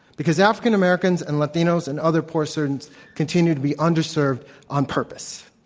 because african americans and latinos and other poor students continue to be underserved on purpose.